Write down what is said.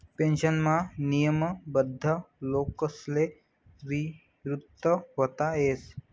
पेन्शनमा नियमबद्ध लोकसले निवृत व्हता येस